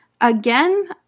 Again